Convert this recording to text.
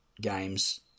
games